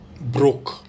broke